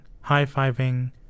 high-fiving